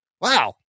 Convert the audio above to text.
Wow